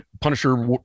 Punisher